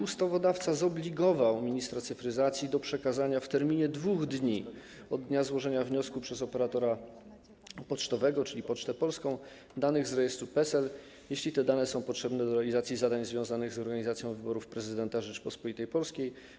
Ustawodawca zobligował ministra cyfryzacji do przekazania w terminie 2 dni od dnia złożenia wniosku przez operatora pocztowego, czyli Pocztę Polską, danych z rejestru PESEL, jeśli te dane są potrzebne do realizacji zadań związanych z organizacją wyborów prezydenta Rzeczypospolitej Polskiej.